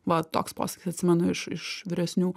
va toks posakis atsimenu iš iš vyresnių